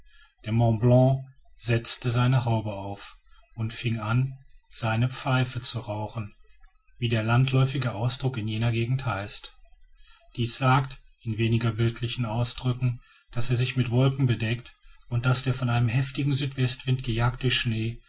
setzte seine haube auf und fing an seine pfeife zu rauchen wie der landläufige ausdruck in jenen gegenden heißt dies sagt in weniger bildlichen ausdrücken daß er sich mit wolken bedeckte und daß der von einem heftigen südwestwind gejagte schnee